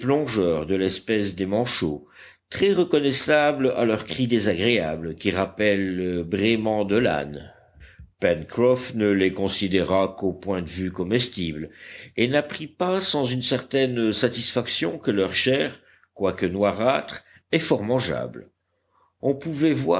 de l'espèce des manchots très reconnaissables à leur cri désagréable qui rappelle le braiment de l'âne pencroff ne les considéra qu'au point de vue comestible et n'apprit pas sans une certaine satisfaction que leur chair quoique noirâtre est fort mangeable on pouvait